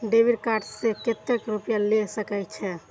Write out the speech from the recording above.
Debit card से कतेक रूपया ले सके छै?